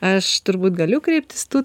aš turbūt galiu kreiptis tu